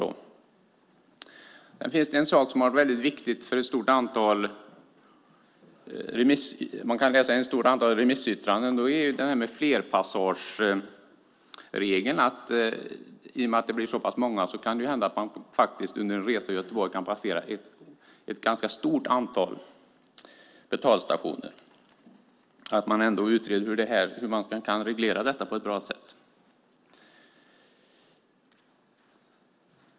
Det finns en sak som har varit väldigt viktig, som man kan läsa i ett stort antal remissyttranden. Det gäller detta med flerpassageregeln. I och med att det blir så många kan det hända att man under en resa i Göteborg kan passera ett ganska stort antal betalstationer. Det behöver utredas hur man kan reglera det på ett bra sätt.